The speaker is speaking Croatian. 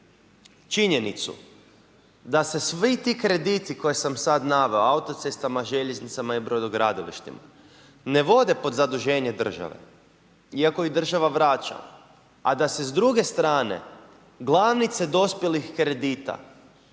činjenicu da se svi ti krediti koje sam sad naveo, autocestama, željeznicama i brodogradilištima ne vode pod zaduženje države, iako ih država vraća, a da se s druge strane glavnice dospjelih kredita